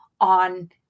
on